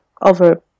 over